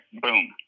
boom